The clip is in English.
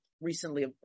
recently